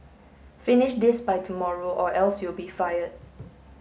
finish this by tomorrow or else you'll be fired